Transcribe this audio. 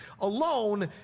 alone